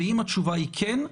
אם התשובה היא כן,